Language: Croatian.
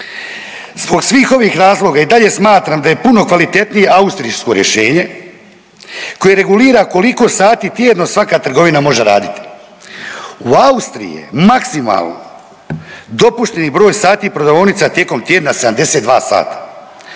Zbog svih ovih razloga i dalje smatram da je puno kvalitetnije austrijsko rješenje koje regulira koliko sati tjedno svaka trgovina može raditi. U Austriji je maksimalno dopušteni broj sati prodavaonica tijekom tjedna 72 sata